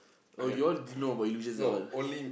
oh you all didn't know about Illusions at all